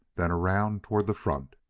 then around toward the front.